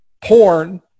porn